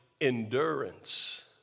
endurance